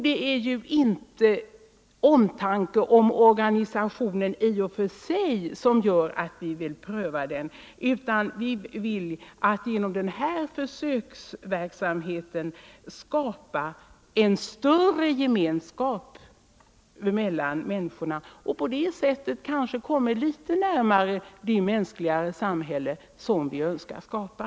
Det är inte av omtanke om organisationerna i och för sig som vi vill pröva denna idé, utan vi vill genom en sådan försöksverksamhet skapa större gemenskap mellan människorna och på det sättet kanske komma litet närmare det mänskligare samhälle som vi önskar skapa.